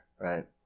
right